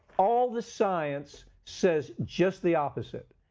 all the science says just the opposite.